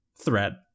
Thread